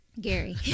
Gary